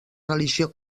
religió